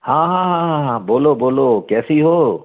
हाँ हाँ हाँ हाँ बोलो बोलो कैसी हो